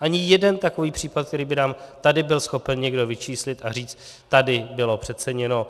Ani jeden takový případ, který by nám tady byl schopen někdo vyčíslit a říct, tady bylo přeceněno.